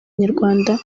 nyarwanda